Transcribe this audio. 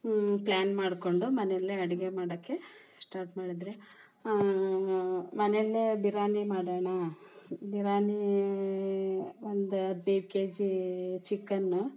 plan ಮಾಡಿಕೊಂಡು ಮನೆಯಲ್ಲೇ ಅಡಿಗೆ ಮಾಡಕ್ಕೆ ಸ್ಟಾಟ್ ಮಾಡಿದ್ರೆ ಮನೆಯಲ್ಲೇ ಬಿರ್ಯಾನಿ ಮಾಡೋಣ ಬಿರ್ಯಾನಿ ಒಂದು ಹದಿನೈದು ಕೆಜೀ ಚಿಕನ್